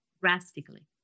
drastically